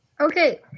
Okay